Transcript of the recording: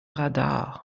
radar